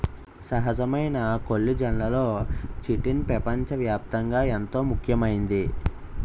సహజమైన కొల్లిజన్లలో చిటిన్ పెపంచ వ్యాప్తంగా ఎంతో ముఖ్యమైంది